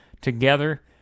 together